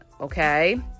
Okay